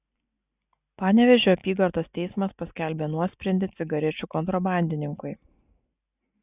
panevėžio apygardos teismas paskelbė nuosprendį cigarečių kontrabandininkui